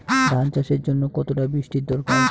ধান চাষের জন্য কতটা বৃষ্টির দরকার?